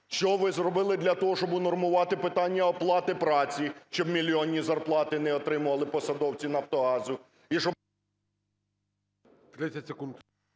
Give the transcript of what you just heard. Що ви зробили для того, щоб унормувати питання оплати праці, щоб мільйонні зарплати не отримували посадовці "Нафтогазу"